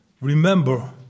remember